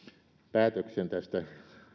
päätöksen